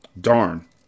Darn